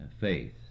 faith